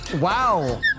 Wow